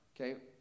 okay